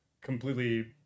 completely